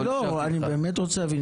אני באמת רוצה להבין,